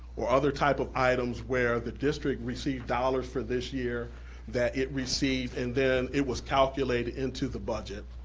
or other type of items where the district received dollars for this year that it received and then it was calculated into the budget.